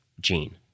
Gene